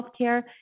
healthcare